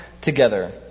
together